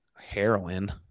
heroin